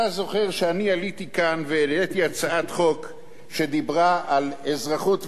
אתה זוכר שאני עליתי לכאן והעליתי הצעת חוק שדיברה על אזרחות ונאמנות?